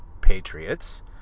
patriots